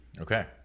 Okay